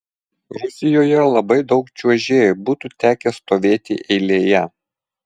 rusijoje labai daug čiuožėjų būtų tekę stovėti eilėje